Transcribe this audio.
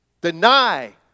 Deny